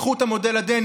קחו את המודל הדני,